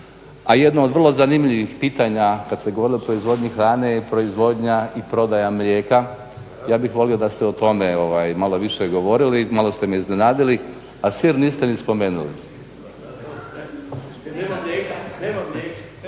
A jedno od vrlo zanimljivih pitanja, kada ste govorilo o proizvodnji hrane je proizvodnja i prodaja mlijeka. Ja bih volio da ste o tome malo više govorili, malo ste me iznenadili, a sir niste ni spomenuli. **Zgrebec, Dragica